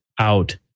out